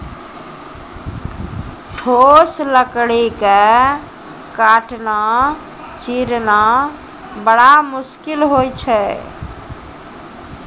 ठोस लकड़ी क काटना, चीरना बड़ा मुसकिल होय छै